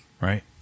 right